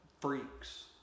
Freaks